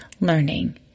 learning